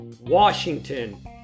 Washington